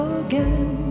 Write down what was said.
again